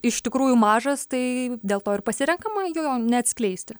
iš tikrųjų mažas tai dėl to ir pasirenkama jo neatskleisti